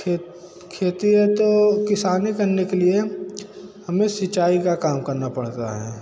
खेत खेती है तो किसानी करने के लिए हमें सिचाई का काम करना पड़ता है